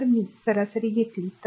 तर मी सरासरी घेतली तर